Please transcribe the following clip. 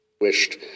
wished